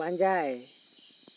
ᱯᱟᱸᱡᱟᱭ